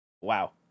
wow